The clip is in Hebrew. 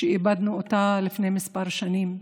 שאיבדנו לפני כמה שנים,